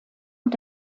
und